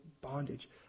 bondage